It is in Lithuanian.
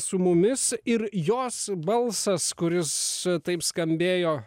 su mumis ir jos balsas kuris taip skambėjo